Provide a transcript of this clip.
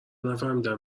نفهمیدم